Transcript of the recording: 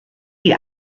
die